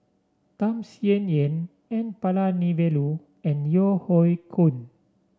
Tham Sien Yen N Palanivelu and Yeo Hoe Koon